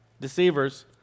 deceivers